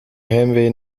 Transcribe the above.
heimwee